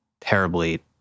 terribly